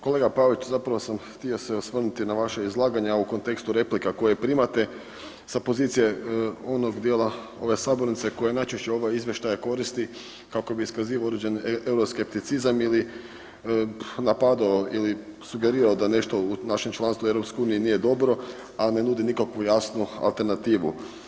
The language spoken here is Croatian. Kolega Pavić zapravo sam htio se osvrnuti na vaše izlaganje, a u kontekstu replika koje primate sa pozicije onog dijela ove sabornice koja najčešće ove izvještaje koristi kako bi iskazivao određen euroskepticizam ili napadao ili sugerirao da nešto u vašem članstvu u EU nije dobro, a ne nudi nikakvu jasnu alternativu.